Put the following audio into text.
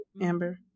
Amber